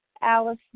Alice